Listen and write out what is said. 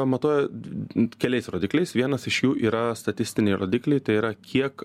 matuoja keliais rodikliais vienas iš jų yra statistiniai rodikliai tai yra kiek